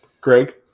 Greg